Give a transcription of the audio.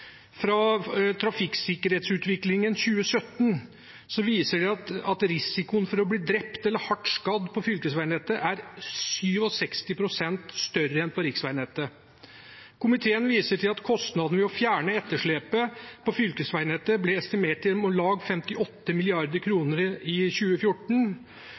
trafikksikkerhetsutviklingen fra 2017 viser at risikoen for å bli drept eller hardt skadd på fylkesveinettet er 67 pst. større enn på riksveinettet. Komiteen viser til at kostnaden ved å fjerne etterslepet på fylkesveinettet ble estimert til om lag 58 mrd. kr i 2014,